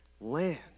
Land